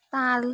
তাল